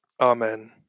Amen